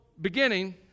beginning